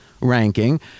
ranking